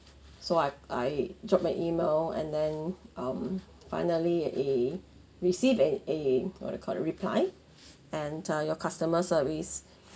so I I drop my email and then um finally eh receive a a what you call it reply and uh your customer service